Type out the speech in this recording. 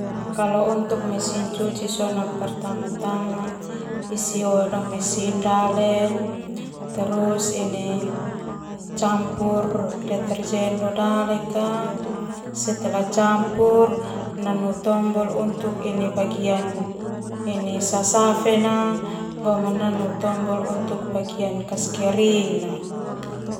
Kalau untuk mesin cuci pertama isi oe lo mesin dale basa sona terus ini campur deterjen lo dalek setelah campur nanu tombol untuk ini bagian ini sasafe na nanu tombol untuk kas kering na.